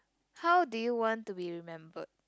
how do you want to be remembered